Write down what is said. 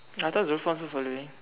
I thought Zulfan also following